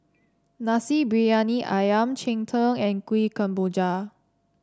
Nasi Briyani ayam Cheng Tng and Kuih Kemboja